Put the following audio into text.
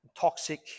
toxic